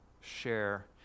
share